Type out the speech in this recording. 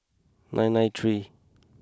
nine nine three